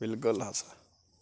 بلکُل ہسا